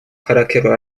характеру